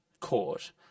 court